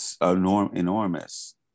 enormous